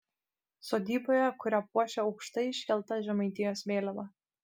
sodyboje kurią puošia aukštai iškelta žemaitijos vėliava